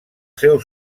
seus